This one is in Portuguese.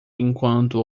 enquanto